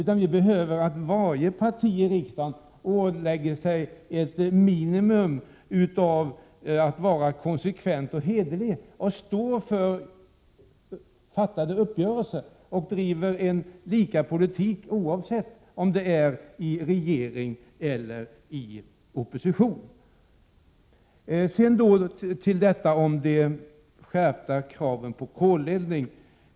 Vad som behövs är att varje parti i riksdagen ålägger sig ett minimum av konsekvens och hederlighet, står för träffade uppgörelser och driver samma politik oavsett om det är i regeringsställning eller i opposition. Så till de skärpta kraven på koleldning.